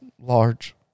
Large